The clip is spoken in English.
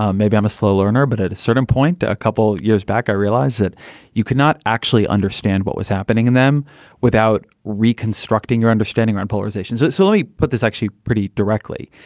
um maybe i'm a slow learner, but at a certain point a couple years back, i realize that you cannot actually understand what was happening in them without reconstructing your understanding on polarizations that simply put, this actually pretty directly.